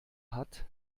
hat